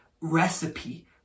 recipe